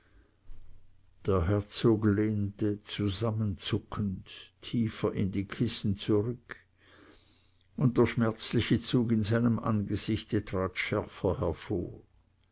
der herzog lehnte zusammenzuckend tiefer in die kissen zurück und der schmerzliche zug in seinem angesichte trat schärfer hervor